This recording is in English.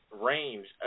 range